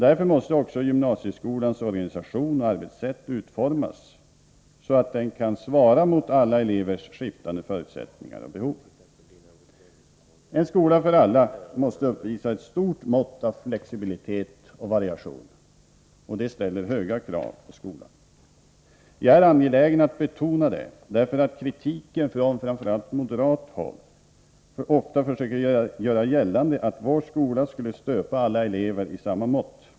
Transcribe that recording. Därför måste också gymnasieskolans organisation och arbetssätt utformas så att den kan svara mot alla elevers skiftande förutsättningar och behov. En skola för alla måste uppvisa ett stort mått av flexibilitet och variation. Detta ställer höga krav på skolan. Jag är angelägen att betona detta, därför att kritiken från framför allt moderat håll ofta försöker göra gällande att vår skola skulle stöpa alla elever i samma form.